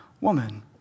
woman